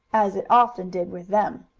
as it often did with them.